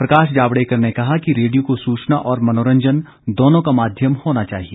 प्रकाश जावडेकर ने कहा कि रेडियो को सूचना और मनोरंजन दोनों का माध्यम होना चाहिए